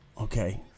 Okay